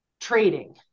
trading